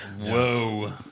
Whoa